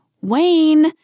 Wayne